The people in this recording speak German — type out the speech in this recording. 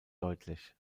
deutlich